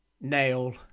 nail